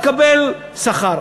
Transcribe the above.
תקבל שכר.